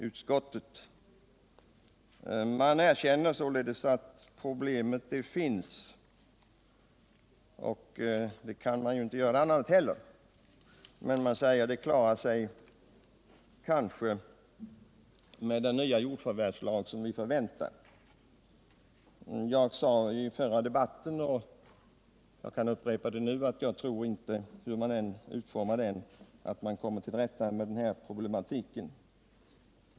Utskottet erkänner således att problemet finns — man kan ju inte heller göra annat. Men man säger att det klarar sig kanske med den nya jordförvärvslag som är att förvänta. Jag sade i den förra debatten, och jag kan upprepa det nu, att jag tror inte att man hur man än utformar den lagen kommer till rätta med den här problematiken.